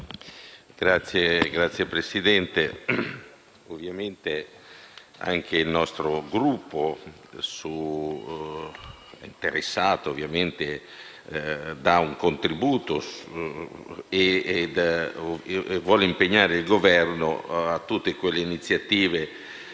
Signora Presidente, ovviamente anche il nostro Gruppo è interessato a dare un contributo e vuole impegnare il Governo a tutte le iniziative